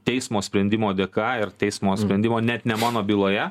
teismo sprendimo dėka ir teismo sprendimo net ne mano byloje